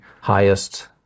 highest